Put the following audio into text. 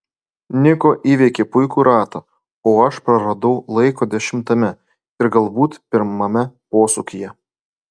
niko įveikė puikų ratą o aš praradau laiko dešimtame ir galbūt pirmame posūkyje